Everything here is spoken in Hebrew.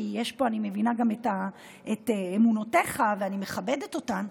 כי אני מבינה את אמונותיך ואני מכבדת אותן,